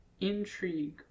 intrigue